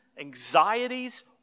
anxieties